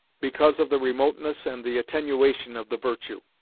because of the remoteness and the attenuation of the virtue.